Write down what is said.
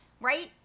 Right